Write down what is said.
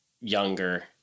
younger